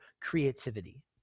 creativity